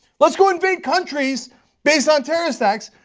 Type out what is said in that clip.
let's go invade countries based on terrorist facts.